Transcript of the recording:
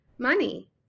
money